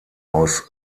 aus